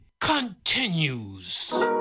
continues